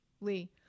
Lee